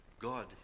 God